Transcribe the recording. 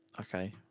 okay